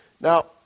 Now